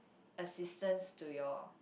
assistance to your